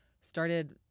started